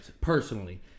personally